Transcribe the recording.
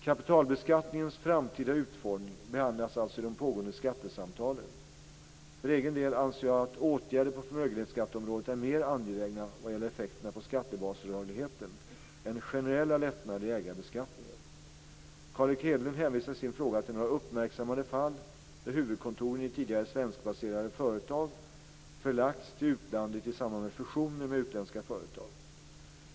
Kapitalbeskattningens framtida utformning behandlas alltså i de pågående skattesamtalen. För egen del anser jag att åtgärder på förmögenhetsskatteområdet är mer angelägna, vad gäller effekterna på skattebasrörligheten, än generella lättnader i ägarbeskattningen. Carl Erik Hedlund hänvisar i sin fråga till några uppmärksammande fall där huvudkontoren i tidigare svenskbaserade företag förlagts till utlandet i samband med fusioner med utländska företag.